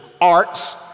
arts